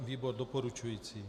Výbor doporučující.